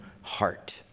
heart